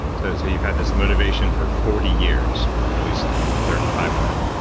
so so you've had this motivation for forty years, or at least maybe thirty five of them.